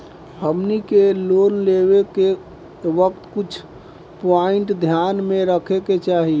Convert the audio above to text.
हमनी के लोन लेवे के वक्त कुछ प्वाइंट ध्यान में रखे के चाही